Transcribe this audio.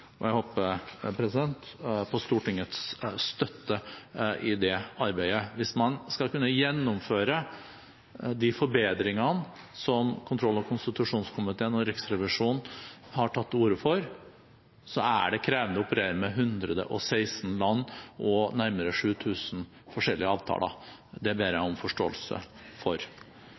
og jeg håper på Stortingets støtte i det arbeidet. Hvis man skal kunne gjennomføre de forbedringene som kontroll- og konstitusjonskomiteen og Riksrevisjonen har tatt til orde for, er det krevende å operere med 116 land og nærmere 7 000 forskjellige avtaler. Det ber jeg om forståelse for.